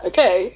Okay